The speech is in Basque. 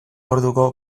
orduko